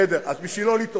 בסדר, אז בשביל לא לטעות.